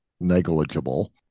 negligible